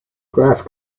graph